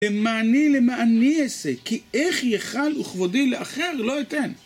למעני למעני אעשה, כי איך יחל וכבודי לאחר לא אתן